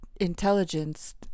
intelligence